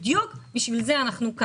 בדיוק לשם כך אנחנו כאן.